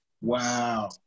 Wow